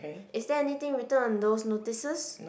is there anything written on those notices